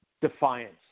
defiance